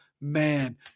Man